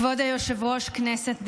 כבוד היושב-ראש, כנסת נכבדה,